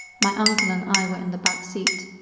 my uncle and i were in the backseat,